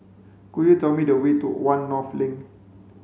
could you tell me the way to One North Link